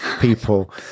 people